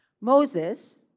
Moses